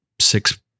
six